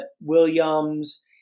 Williams